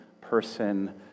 person